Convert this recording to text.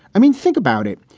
i mean, think about it.